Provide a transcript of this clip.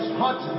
hot